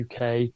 UK